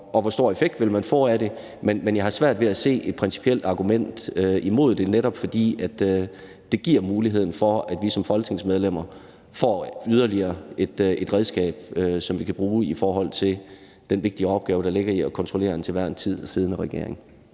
og hvor stor en effekt man vil få af det. Men jeg har svært ved at se et principielt argument imod det, netop fordi det giver muligheden for, at vi som folketingsmedlemmer får et yderligere redskab, som vi kan bruge i forhold til den vigtige opgave, der ligger i at kontrollere den til enhver tid siddende regering.